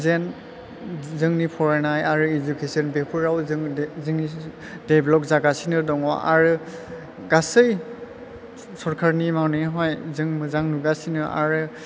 जेन जोंनि फरायनाय आरो इजुखेसन बेफोराव जों देबलफ जागासिनो दङ आरो गासै सरखारनि मावनायावहाय जों मोजां नुगासिनो आरो